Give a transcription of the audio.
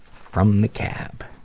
from the cab.